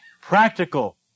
Practical